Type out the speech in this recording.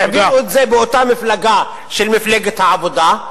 העבירו את זה באותה מפלגה, מפלגת העבודה.